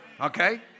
Okay